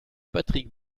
patrick